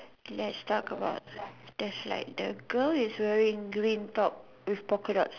lets talk about there's like the girl is wearing green top with polka dots